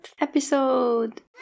episode